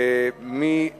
מי בעד,